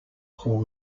hall